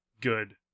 good